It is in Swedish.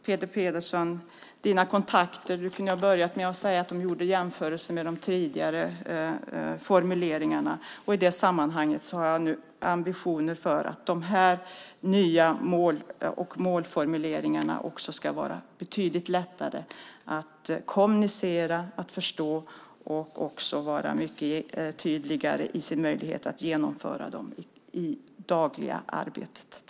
Peter Pedersen kunde ha börjat med att säga att man gjorde jämförelser med de tidigare formuleringarna. Jag har nu ambitionen att de nya målformuleringarna ska vara betydligt lättare att kommunicera och förstå. De ska också vara mycket tydligare när det gäller möjligheten att genomföra dem i det dagliga arbetet.